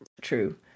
true